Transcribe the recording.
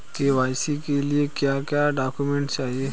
KYC के लिए क्या क्या डॉक्यूमेंट चाहिए?